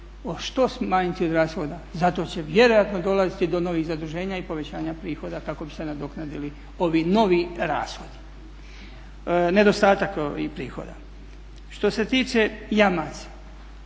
što smanjiti od rashoda. Zato će vjerojatno dolaziti do novih zaduženja i povećanja prihoda kako bi se nadoknadili ovi novi rashodi, nedostatak ovih prihoda. Što se tiče jamaca.